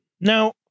Now